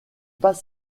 pas